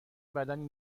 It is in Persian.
بدنی